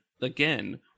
again